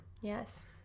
yes